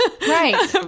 Right